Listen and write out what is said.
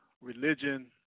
religion